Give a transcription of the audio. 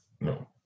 No